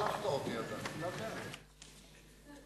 התשס"ט 2009,